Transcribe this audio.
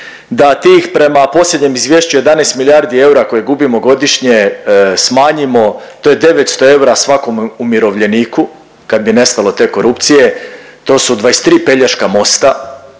da tih prema posljednjem izvješću 11 milijardi eura koje gubimo godišnje smanjimo, to je 900 eura svakom umirovljeniku kad bi nestalo te korupcije, to su 23 Pelješka mosta,